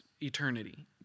eternity